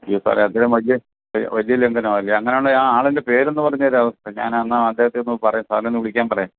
അയ്യോ സാറെ അതിലും വലിയ വലിയ ലംഘനമല്ലേ അങ്ങനനെ ആണേ ആ ആളിന്റെ പേരൊന്ന് പറഞ്ഞ് തരാമോ ഞാന് എന്നാൽ അദ്ദേഹത്തെ ഒന്ന് പറയാം സാറിനെ ഒന്ന് വിളിക്കാന് പറയാം